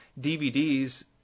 DVDs